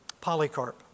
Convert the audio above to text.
Polycarp